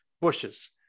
bushes